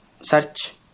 Search